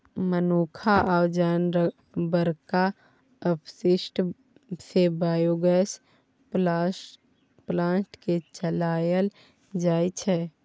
मनुख आ जानबरक अपशिष्ट सँ बायोगैस प्लांट केँ चलाएल जाइ छै